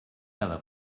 cada